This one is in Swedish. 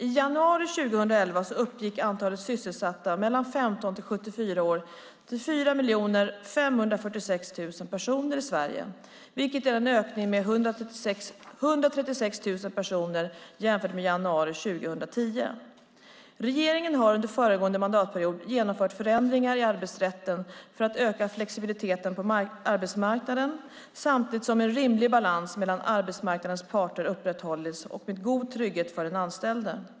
I januari 2011 uppgick antalet sysselsatta mellan 15 och 74 år till 4 546 000 personer i Sverige, vilket är en ökning med 136 000 personer jämfört med januari 2010. Regeringen har under föregående mandatperiod genomfört förändringar i arbetsrätten för att öka flexibiliteten på arbetsmarknaden samtidigt som en rimlig balans mellan arbetsmarknadens parter upprätthållits, med god trygghet för den anställde.